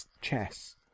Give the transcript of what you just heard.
chess